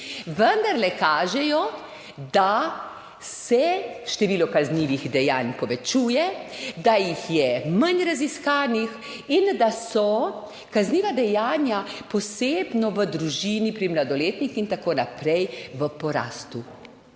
Vendarle kažejo, da se število kaznivih dejanj povečuje, da jih je manj raziskanih in da so kazniva dejanja, posebno v družini, pri mladoletnih in tako naprej, v porastu.